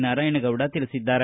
ನಾರಾಯಣಗೌಡ ತಿಳಿಸಿದ್ದಾರೆ